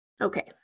Okay